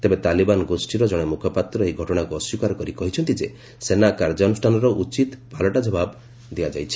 ତେବେ ତାଲିବାନ ଗୋଷ୍ଠୀର ଜଣେ ମୁଖପାତ୍ର ଏହି ଘଟଣାକୁ ଅସ୍ତ୍ରୀକାର କରି କହିଛନ୍ତି ଯେ ସେନା କାର୍ଯ୍ୟାନୁଷ୍ଠାନର ଉଚିତ ପାଲଟା ଜବାବ ଦିଆଯାଇଛି